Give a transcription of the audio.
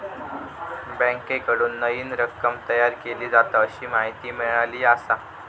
बँकेकडून नईन रक्कम तयार केली जाता, अशी माहिती मिळाली आसा